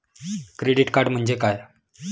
Credit card म्हणजे काय?